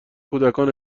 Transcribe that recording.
کودکان